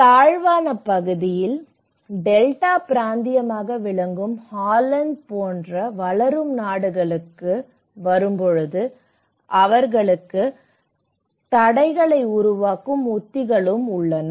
தாழ்வான பகுதியில் டெல்டா பிராந்தியமாக விளங்கும் ஹாலந்து போன்ற வளரும் நாடுகளுக்கு வரும்போது அவர்களுக்கு தடைகளை உருவாக்கும் உத்திகளும் உள்ளன